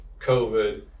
COVID